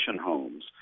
homes